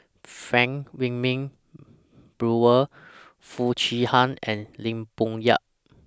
Frank Wilmin Brewer Foo Chee Han and Lim Bo Yam